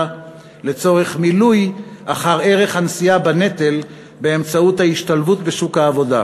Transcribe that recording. לצורך מילוי ערך הנשיאה בנטל באמצעות ההשתלבות בשוק העבודה.